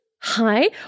hi